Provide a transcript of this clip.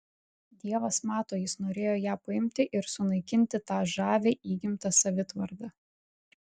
dievas mato jis norėjo ją paimti ir sunaikinti tą žavią įgimtą savitvardą